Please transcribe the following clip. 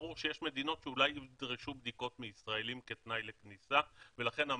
ברור שיש מדינות שאולי ידרשו בדיקות מישראלים כתנאי לכניסה ולכן,